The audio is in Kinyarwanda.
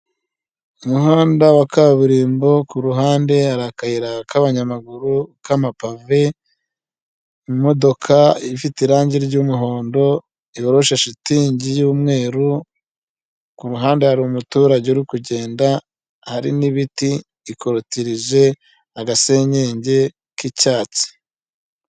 Umuhanda wa kaburimbo, kuruhande hari akayira k'abanyamaguru k'amapave, imodoka ifite irangi ry'umuhondo, yoroshe shitingi y'umweru, ku ruhande hari umuturage uri kugenda, hari n'ibiti bikorotirije agasenyenge k'icyatsi.